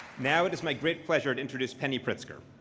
now it is my great pleasure to introduce penny pritzker.